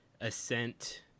ascent